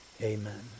Amen